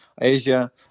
asia